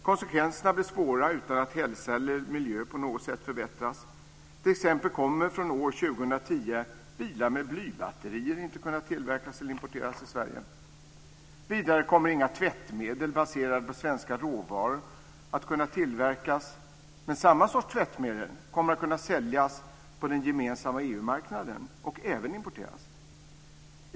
Konsekvenserna blir svåra utan att hälsa eller miljö på något sätt förbättras. T.ex. kommer från år 2010 bilar med blybatterier inte att kunna tillverkas i eller importeras till Sverige. Vidare kommer inga tvättmedel baserade på svenska råvaror att kunna tillverkas, men samma sorts tvättmedel kommer att kunna säljas på den gemensamma EU-marknaden och även importeras.